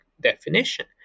definition